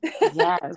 Yes